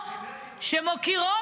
תהלוכות שמוקירות,